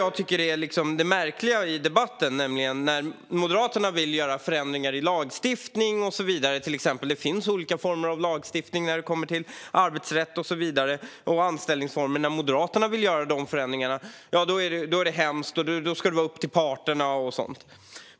Det som är märkligt i debatten är att när Moderaterna vill göra förändringar i lagstiftning är det hemskt. Det handlar till exempel om arbetsrätt och olika anställningsformer. Då ska det vara upp till parterna.